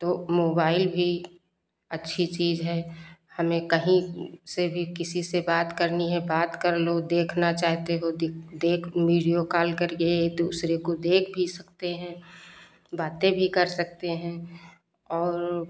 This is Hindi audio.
तो मोबाइल भी अच्छी चीज़ है हमें कहीं से भी किसी से बात करनी है बात कर लो देखना चाहते हो दिख देख वीडियो काल करिए एक दूसरे को देख भी सकते हैं बातें भी कर सकते हैं और